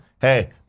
Hey